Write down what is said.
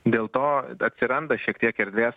dėl to atsiranda šiek tiek erdvės